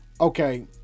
okay